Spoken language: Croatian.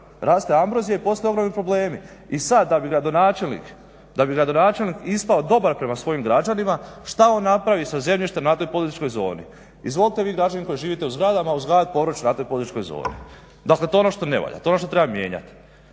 raste ambrozija i postoje ogromni problemi. I sad da bi gradonačelnik ispao dobar prema svojim građanima što on napravi sa zemljištem na toj poduzetničkoj zoni? Izvolite vi građani koji živite u zgradama uzgajat povrće na toj poduzetničkoj zoni. Dakle, to je ono što ne valja, to je ono što treba mijenjati.